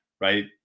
right